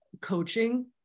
coaching